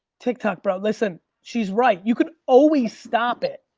tik tok bro, listen, she's right, you could always stop it.